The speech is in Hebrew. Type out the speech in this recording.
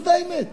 זאת האמת.